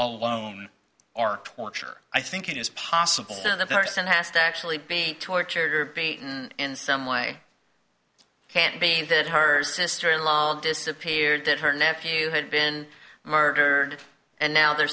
alone or torture i think it is possible for the person has to actually be tortured or baten in some way can't be that hard sister in law disappeared that her nephew had been murdered and now they're